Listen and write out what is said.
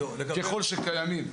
ככל שקיימים.